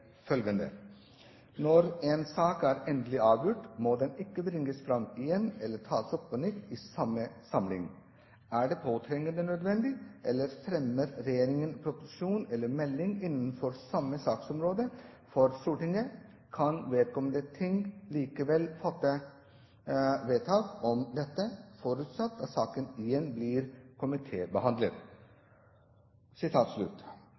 følgende: «Når en sak er endelig avgjort, må den ikke bringes fram igjen, eller tas opp på nytt i samme samling. Er det påtrengende nødvendig, eller fremmer regjeringen proposisjon eller melding innenfor samme saksområde for Stortinget, kan Stortinget likevel fatte vedtak om dette, forutsatt at saken igjen blir